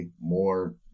more